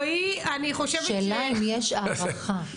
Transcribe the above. רועי, אני חושבת --- השאלה היא אם יש הערכה.